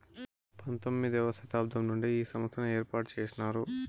పంతొమ్మిది వ శతాబ్దం నుండే ఈ సంస్థను ఏర్పాటు చేసినారు